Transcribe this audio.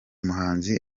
muhanzi